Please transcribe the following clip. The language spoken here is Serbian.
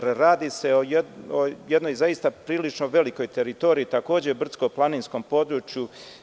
Radi se o jednoj prilično velikoj teritoriji, takođe brdsko-planinskom području.